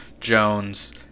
jones